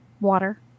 Water